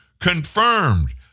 confirmed